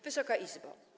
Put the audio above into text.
Wysoka Izbo!